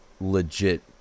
legit